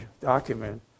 document